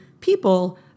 people